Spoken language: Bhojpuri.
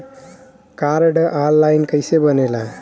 कार्ड ऑन लाइन कइसे बनेला?